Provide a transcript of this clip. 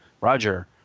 Roger